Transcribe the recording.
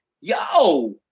yo